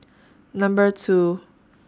Number two